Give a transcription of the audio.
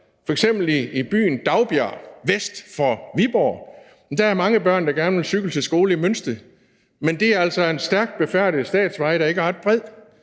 F.eks. er der byen Daugbjerg vest for Viborg, hvor der er mange børn, der gerne vil cykle til skole i Mønsted, men det er altså en stærkt befærdet statsvej, der ikke er ret bred.